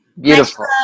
Beautiful